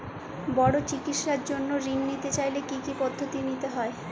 বড় চিকিৎসার জন্য ঋণ নিতে চাইলে কী কী পদ্ধতি নিতে হয়?